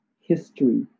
history